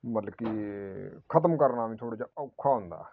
ਮਤਲਬ ਕਿ ਇਹ ਖ਼ਤਮ ਕਰਨਾ ਵੀ ਥੋੜ੍ਹਾ ਜਿਹਾ ਔਖਾ ਹੁੰਦਾ